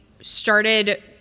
started